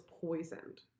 poisoned